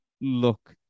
look